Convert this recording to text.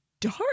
dark